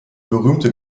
berühmte